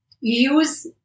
use